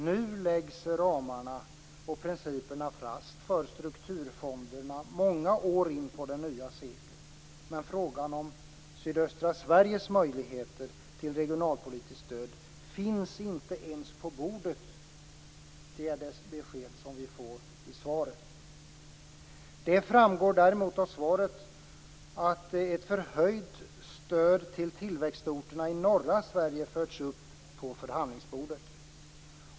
Nu läggs ramarna och principerna fast för strukturfonderna i många år in på det nya seklet. Men frågan om sydöstra Sveriges möjligheter till regionalpolitiskt stöd finns inte ens på bordet. Det är det besked som vi får i svaret. Det framgår däremot av svaret att ett förhöjt stöd till tillväxtorterna i norra Sverige förts upp på förhandlingsbordet.